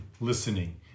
listening